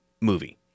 movie